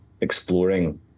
exploring